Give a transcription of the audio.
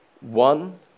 One